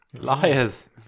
Liars